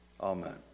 Amen